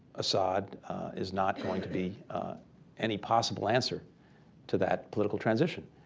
assad is not going to be any possible answer to that political transition.